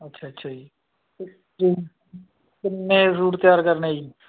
ਅੱਛਾ ਅੱਛਾ ਜੀ ਕਿੰਨੇ ਸੂਟ ਤਿਆਰ ਕਰਨੇ ਜੀ